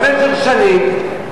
במשך שנים,